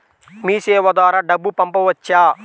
మీసేవ ద్వారా డబ్బు పంపవచ్చా?